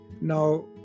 Now